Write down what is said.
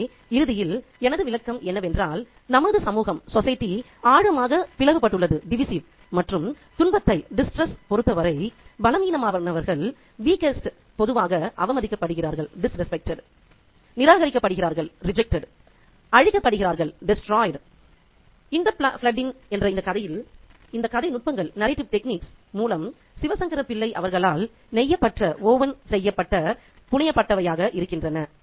எனவே இறுதியில் எனது விளக்கம் என்னவென்றால் நமது சமூகம் ஆழமாக பிளவுபட்டுள்ளது மற்றும் துன்பத்தைப் பொறுத்தவரை பலவீனமானவர்கள் பொதுவாக அவமதிக்கப்படுகிறார்கள் நிராகரிக்கப்படுகிறார்கள் அழிக்கப்படுவார்கள் இன் த ஃப்ளட்' ன் என்ற இந்த கதையில் இந்த கதை நுட்பங்கள் மூலம் சிவசங்கர பிள்ளை அவர்களால் நெய்யப்பட்ட செய்திகளாக புனையப்பட்டவையாக இருக்கின்றன